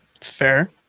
Fair